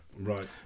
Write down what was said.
Right